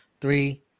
Three